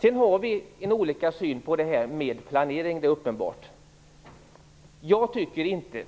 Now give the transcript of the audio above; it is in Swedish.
Sedan har vi olika syn på planering, det är uppenbart. Jag tycker inte